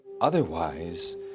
otherwise